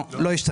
לא.